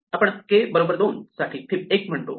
आपण k 2 साठी फिब 1 म्हणतो आहे